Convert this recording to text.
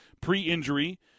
pre-injury